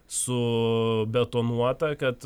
subetonuota kad